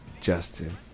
Justin